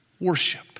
worship